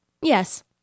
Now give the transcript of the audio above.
Yes